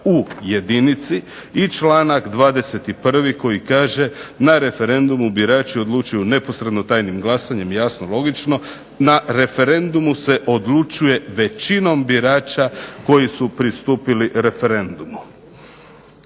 u jedinici i članak 21. koji kaže na referendumu birači odlučuju neposredno tajnim glasanjem i jasno logično. Na referendumu se odlučuje većinom birača koji su pristupili referendumu.